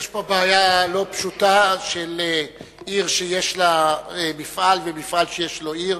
יש פה בעיה לא פשוטה של עיר שיש לה מפעל ומפעל שיש לו עיר.